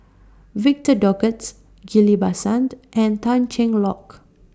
Victor Doggett Ghillie BaSan and Tan Cheng Lock